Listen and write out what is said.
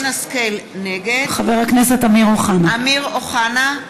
נגד אמיר אוחנה,